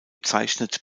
zeichnet